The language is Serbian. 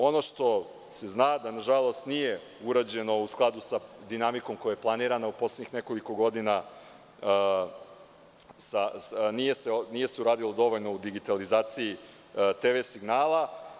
Ono što se zna je da, nažalost, nije urađeno u skladu sa dinamikom koja je planirana u poslednjih nekoliko godina, nije se uradilo dovoljno u digitalizaciji TV signala.